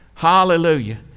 Hallelujah